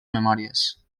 memòries